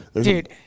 dude